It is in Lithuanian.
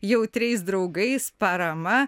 jautriais draugais parama